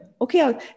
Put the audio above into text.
Okay